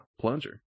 plunger